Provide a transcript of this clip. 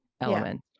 element